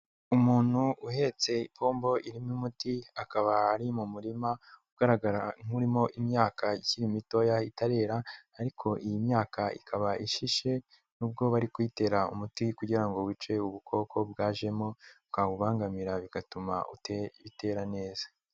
Umuntu uhetse ipombo irimo umuti, akaba ari mu murima ugaragara nk'urimo imyaka ikiri mitoya itarera ariko iyi myaka ikaba ishishe, nubwo bari kuyitera umuti kugira ngo wice ubukoko bwajemo bwawubangamira bigatuma bitera neza.